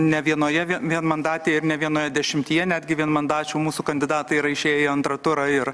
ne vienoje vienmandatėje ir ne vienoje dešimtyje netgi vienmandačių mūsų kandidatai yra išėję į antrą turą ir